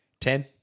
Ten